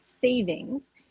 savings